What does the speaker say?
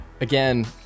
Again